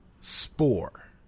Spore